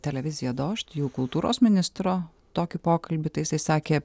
televiziją dožd jų kultūros ministro tokį pokalbį tai jisai sakė